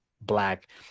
black